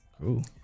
Cool